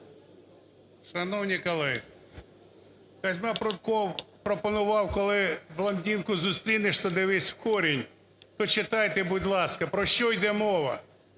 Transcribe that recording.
Шановні колеги, Козьма Прутков пропонував: "коли блондинку зустрінеш, то дивись у корінь". Почитайте, будь ласка, про що йде мова,